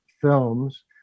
films